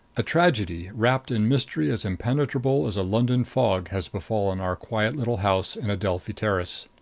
a tragedy, wrapped in mystery as impenetrable as a london fog, has befallen our quiet little house in adelphi terrace.